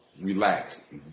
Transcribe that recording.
Relax